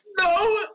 No